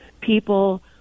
people